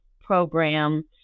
program